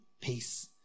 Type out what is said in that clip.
peace